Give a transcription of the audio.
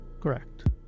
Correct